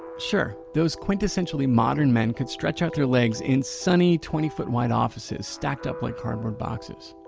sure, those quintessentially modern men could stretch out their legs in sunny twenty four wide offices stacked up like cardboard boxes.